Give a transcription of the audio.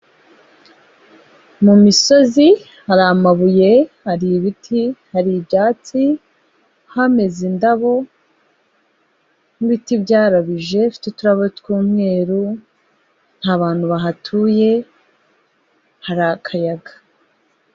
Mu misozi hari amabuye, hari ibiti, hari ibyatsi, hameze indabo n'ibiti byarabije bifite uturabo tw'umweru, nta bantu bahatuye, hari akayaga.